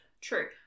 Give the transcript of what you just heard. True